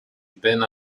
been